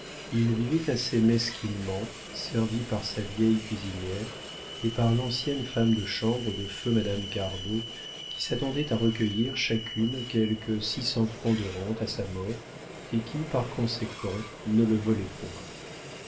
il vivait assez mesquinement servi par sa vieille cuisinière et par l'ancienne femme de chambre de feu madame cardot qui s'attendaient à recueillir chacune quelque six cents francs de rente à sa mort et qui par conséquent ne le volaient point